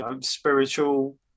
spiritual